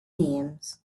names